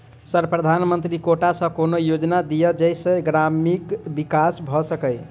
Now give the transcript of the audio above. Sir प्रधानमंत्री quota सऽ कोनो योजना दिय जै सऽ ग्रामक विकास भऽ सकै?